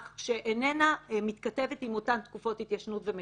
שאיננה מתכתבת עם אותן תקופות התיישנות ומחיקה,